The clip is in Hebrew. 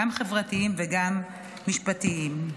גם חברתיים וגם משפטיים.